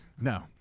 No